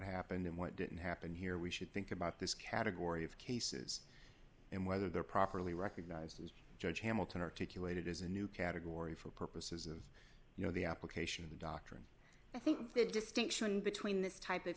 happened and what didn't happen here we should think about this category of cases and whether they're properly recognized as george hamilton articulated as a new category for purposes of you know the application of the doctrine i think the distinction between this type of